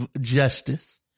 justice